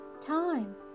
Time